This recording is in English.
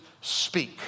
speak